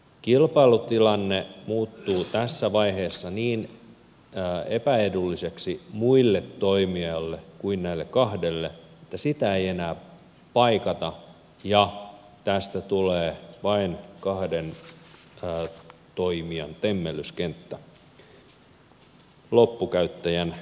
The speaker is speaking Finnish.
kilpailutilanne muuttuu tässä vaiheessa niin epäedulliseksi muille toimijoille kuin näille kahdelle että sitä ei enää paikata ja tästä tulee vain kahden toimijan temmellyskenttä loppukäyttäjän kärsiessä